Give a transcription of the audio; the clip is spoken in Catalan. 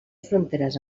fronteres